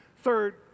Third